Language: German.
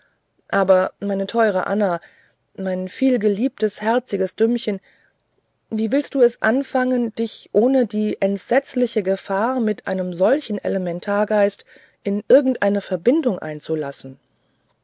aber meine teure anna mein vielgeliebtes herziges dümmchen wie willst du es anfangen dich ohne die entsetzlichste gefahr mit einem solchen elementargeist in irgendeine verbindung einzulassen